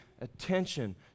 attention